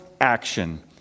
action